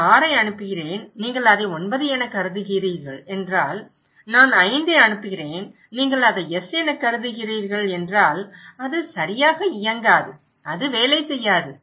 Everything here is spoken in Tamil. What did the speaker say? நான் 6 ஐ அனுப்புகிறேன் நீங்கள் அதை 9 எனக் கருதுகிறீர்கள் என்றால் நான் 5 ஐ அனுப்புகிறேன் நீங்கள் அதை S எனக் கருதுகிறீர்கள் என்றால் அது சரியாக இயங்காது அது வேலை செய்யாது